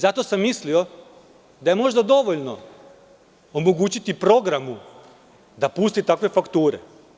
Zato sam mislio da je možda dovoljno omogućiti programu da pusti takve fakture.